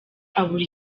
abura